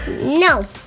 No